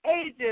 ages